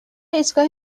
ایستگاه